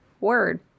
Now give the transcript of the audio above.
Word